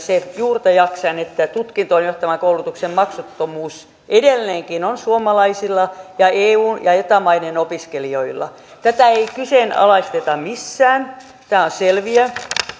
juurta jaksaen se että tutkintoon johtavan koulutuksen maksuttomuus edelleenkin on suomalaisilla ja eu ja eta maiden opiskelijoilla tätä ei kyseenalaisteta missään tämä on selviö